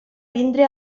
vindre